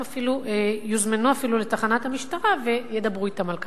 אפילו יוזמנו לתחנת המשטרה וידברו אתם על כך.